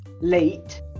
late